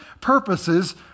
purposes